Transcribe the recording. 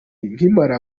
nkimara